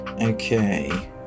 Okay